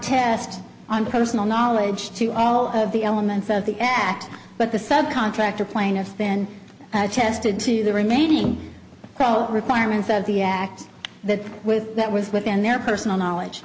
test on personal knowledge to all of the elements of the act but the sub contractor plaintiffs then tested to the remaining problem requirements that the act that with that was within their personal knowledge